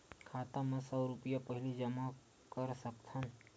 खाता मा सौ रुपिया पहिली जमा कर सकथन?